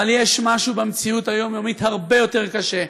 אבל יש משהו במציאות היומיומית הרבה יותר קשה,